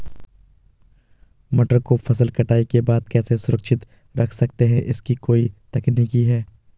मटर को फसल कटाई के बाद कैसे सुरक्षित रख सकते हैं इसकी कोई तकनीक है?